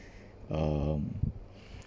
um